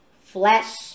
flesh